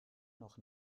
noch